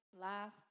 last